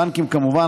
בנקים כמובן,